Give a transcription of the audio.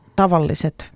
tavalliset